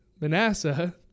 Manasseh